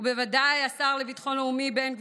ובוודאי לשר לביטחון לאומי בן גביר,